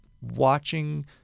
watching